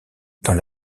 dans